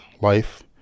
life